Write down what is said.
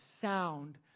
sound